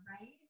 right